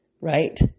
right